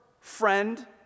friend